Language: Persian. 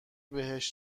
بهش